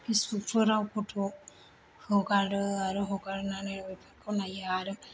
फेसबुकफोराव फट' हगारो आरो हगारनानै बेफोरखौ नायो आरो